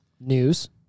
News